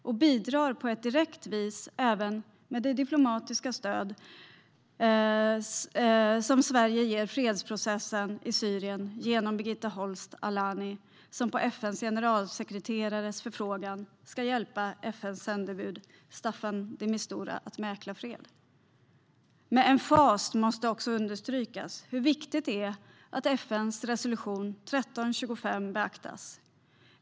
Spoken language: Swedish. Vi bidrar även på ett direkt vis med det diplomatiska stöd som Sverige ger fredsprocessen i Syrien genom Birgitta Holst Alani, som på FN:s generalsekreterares förfrågan ska hjälpa FN:s sändebud Staffan de Mistura att mäkla fred. Med emfas måste också understrykas hur viktigt det är att FN:s resolution 1325 beaktas.